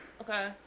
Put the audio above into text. Okay